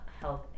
health